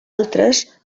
altres